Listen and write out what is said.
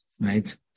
Right